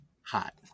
hot